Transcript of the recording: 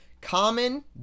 Common